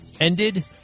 ended